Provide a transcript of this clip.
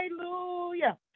hallelujah